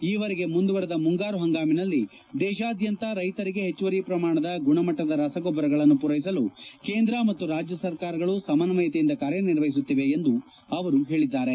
ಈವರೆಗೆ ಮುಂದುವರೆದ ಮುಂಗಾರು ಹಂಗಾಮಿನಲ್ಲಿ ದೇಶಾದ್ಯಂತ ರೈತರಿಗೆ ಹೆಚ್ಚುವರಿ ಪ್ರಮಾಣದ ಗುಣಮಟ್ಟದ ರಸಗೊಬ್ಬರಗಳನ್ನು ಪೂರೈಸಲು ಕೇಂದ್ರ ಮತ್ತು ರಾಜ್ಯ ಸರ್ಕಾರಗಳು ಸಮನ್ವಯತೆಯಿಂದ ಕಾರ್ಯನಿರ್ವಹಿಸುತ್ಲಿವೆ ಎಂದು ಹೇಳಿದ್ದಾರೆ